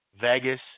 Vegas